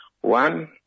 one